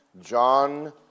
John